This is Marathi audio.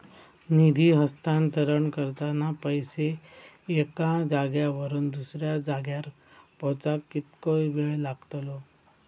निधी हस्तांतरण करताना पैसे एक्या जाग्यावरून दुसऱ्या जाग्यार पोचाक कितको वेळ लागतलो?